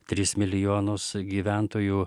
tris milijonus gyventojų